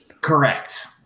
Correct